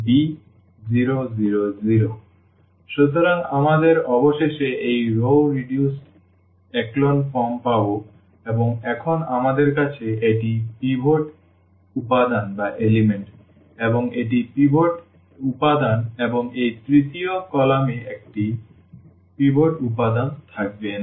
b0 0 0 সুতরাং আমরা অবশেষে এই রও রিডিউসড echelon ফর্ম পাব এবং এখন আমাদের কাছে এটি পিভট উপাদান এবং এটি পিভট উপাদান এবং এই তৃতীয় কলাম এ একটি পিভট উপাদান থাকবে না